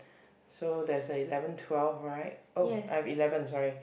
so there's a eleven twelve right oh I've eleven sorry